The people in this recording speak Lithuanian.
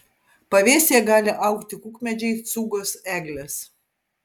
pavėsyje gali augti kukmedžiai cūgos eglės